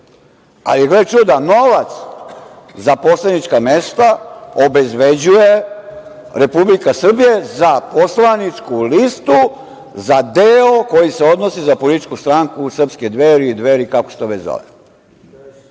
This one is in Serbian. ali gle čuda, novac za poslanička mesta obezbeđuje Republika Srbija, za poslaničku listu, za deo koji se odnosi za politiku stranku Srpske Dveri ili Dveri, kako se to već zove.